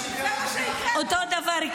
תאשימו ברצח עם,